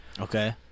Okay